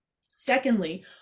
Secondly